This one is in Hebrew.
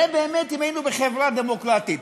זה באמת אם היינו בחברה דמוקרטית.